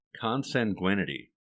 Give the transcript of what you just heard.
consanguinity